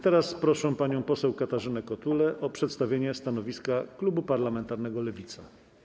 Teraz proszę panią poseł Katarzynę Kotulę o przedstawienie stanowiska klubu parlamentarnego Lewica.